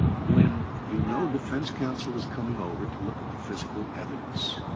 when you know defense counsel is coming over to look at the physical evidence,